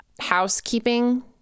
housekeeping